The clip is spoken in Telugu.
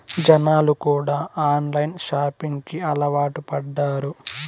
జనాలు కూడా ఆన్లైన్ షాపింగ్ కి అలవాటు పడ్డారు